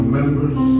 members